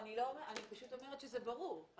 אני אומרת שזה ברור.